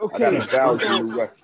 okay